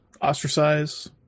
ostracize